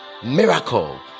Miracle